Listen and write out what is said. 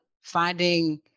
finding